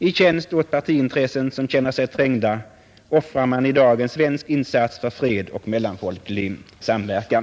I tjänst åt partiintressen, som känner sig trängda, offrar man i dag en svensk insats för fred och mellanfolklig samverkan.